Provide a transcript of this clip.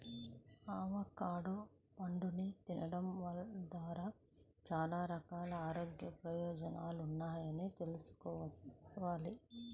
avocado పండుని తినడం ద్వారా చాలా రకాల ఆరోగ్య ప్రయోజనాలున్నాయని తెల్సుకోవాలి